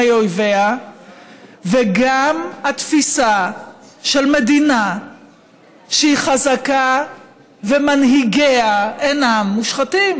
אויביה וגם התפיסה של מדינה שהיא חזקה ומנהיגיה אינם מושחתים.